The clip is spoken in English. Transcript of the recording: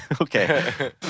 Okay